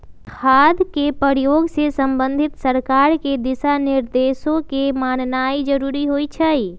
खाद के प्रयोग से संबंधित सरकार के दिशा निर्देशों के माननाइ जरूरी होइ छइ